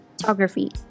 photography